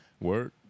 Word